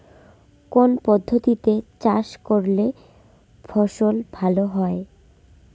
কোন পদ্ধতিতে চাষ করলে ফসল ভালো হয়?